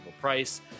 Price